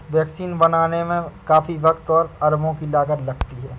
vaccine बनाने में काफी वक़्त और अरबों की लागत लगती है